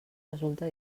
resulta